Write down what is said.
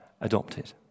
adopted